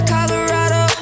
Colorado